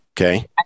Okay